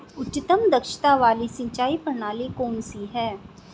उच्चतम दक्षता वाली सिंचाई प्रणाली कौन सी है?